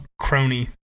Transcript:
crony